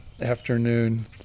afternoon